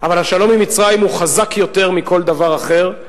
אבל השלום עם מצרים הוא חזק יותר מכל דבר אחר,